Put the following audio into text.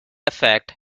effect